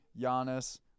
Giannis